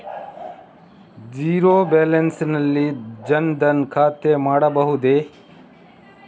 Zero balance ನಲ್ಲಿ ಜನ್ ಧನ್ ಖಾತೆ ಮಾಡಬಹುದೇ?